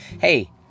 Hey